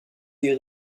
des